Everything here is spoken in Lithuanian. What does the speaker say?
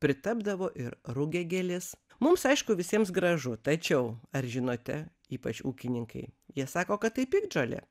pritapdavo ir rugiagėlės mums aišku visiems gražu tačiau ar žinote ypač ūkininkai jie sako kad tai piktžolė